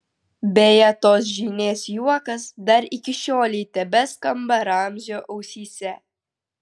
beje tos žynės juokas dar iki šiolei tebeskamba ramzio ausyse